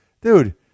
dude